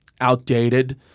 outdated